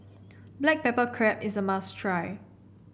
Black Pepper Crab is a must try